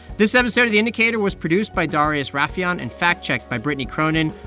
this episode of the indicator was produced by darius rafieyan and fact-checked by brittany cronin.